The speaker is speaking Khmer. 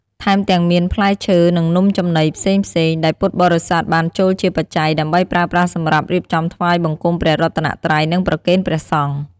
ថែមទាំងមានផ្លែឈើ និងនំចំណីផ្សេងៗដែលពុទ្ធបរិស័ទបានចូលជាបច្ច័យ ដើម្បីប្រើប្រាស់សម្រាប់រៀបចំថ្វាយបង្គំព្រះរតនត្រ័យ និងប្រគេនព្រះសង្ឃ។